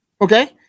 Okay